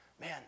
Man